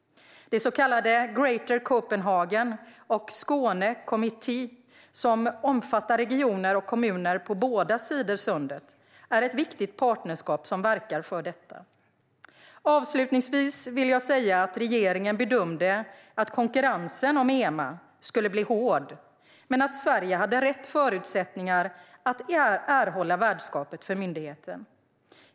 Det så kallade Greater Copenhagen & Skåne Committee - som omfattar regioner och kommuner på båda sidor Sundet - är ett viktigt partnerskap som verkar för detta. Avslutningsvis vill jag säga att regeringen bedömde att konkurrensen om EMA skulle bli hård men att Sverige hade rätt förutsättningar att erhålla värdskapet för myndigheten.